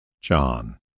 John